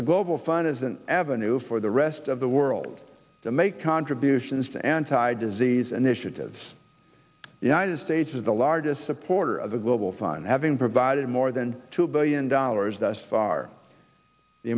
a global fund is an avenue for the rest of the world to make contributions to anti disease an issue does the united states is the largest supporter of the global fund having provided more than two billion dollars thus far the